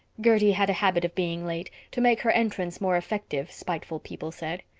gertie had a habit of being late. to make her entrance more effective, spiteful people said.